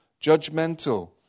judgmental